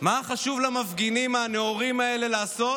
מה חשוב למפגינים הנאורים האלה לעשות?